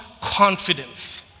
confidence